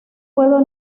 puedo